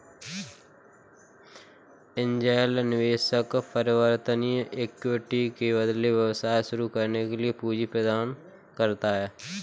angel निवेशक परिवर्तनीय equity के बदले व्यवसाय शुरू करने के लिए पूंजी प्रदान करता है